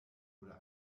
oder